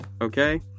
okay